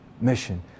mission